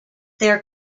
their